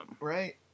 right